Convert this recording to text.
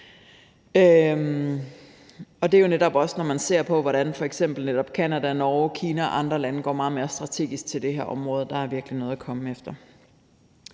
være mere strategisk og centralt indtænkt. Netop Canada, Norge, Kina og andre lande går meget mere strategisk til det her område, og der er virkelig noget at komme efter.